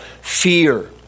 fear